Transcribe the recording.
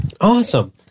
Awesome